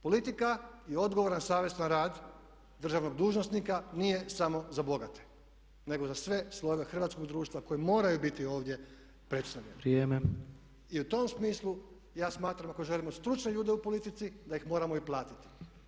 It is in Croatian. Politika i odgovoran savjestan rad državnog dužnosnika nije samo za bogate nego za sve slojeve hrvatskog društva koji moraju biti ovdje predstavljeni [[Upadica: Vrijeme.]] I u tom smislu ja smatram ako želimo stručne ljude u politici da ih moramo i platiti.